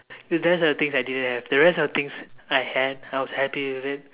cause those were the things I didn't have the rest of the things I had I was happy with it